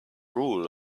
rule